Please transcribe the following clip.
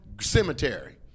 cemetery